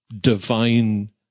divine